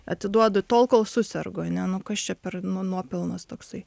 atiduodu tol kol susergu ane nu kas čia per nu nuopelnas toksai